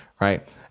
right